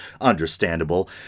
Understandable